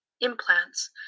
implants